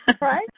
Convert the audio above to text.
right